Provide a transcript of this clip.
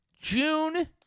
June